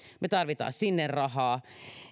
me tarvitsemme sinne rahaa